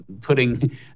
putting